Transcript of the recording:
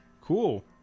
Cool